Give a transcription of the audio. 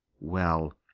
well,